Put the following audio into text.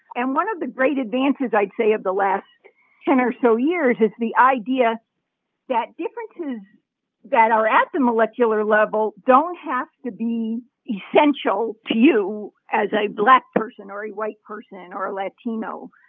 and one of the great advances i'd say of the last ten or so years is the idea that differences that are at the molecular level don't have to be essential to you as a black person or a white person or latino.